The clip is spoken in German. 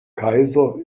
kaiser